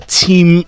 team